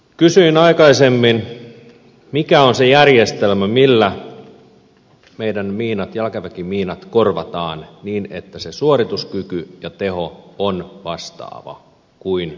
kysyin aikaisemmin mikä on se järjestelmä millä meillä jalkaväkimiinat korvataan niin että suorituskyky ja teho on vastaava kuin nykyisillä jalkaväkimiinoilla